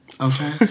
Okay